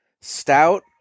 stout